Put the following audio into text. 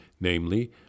namely